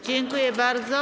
Dziękuję bardzo.